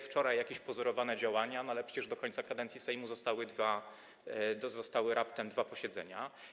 Wczoraj jakieś pozorowane działania, ale przecież do końca kadencji Sejmu zostały raptem dwa posiedzenia.